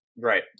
Right